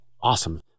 Awesome